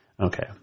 Okay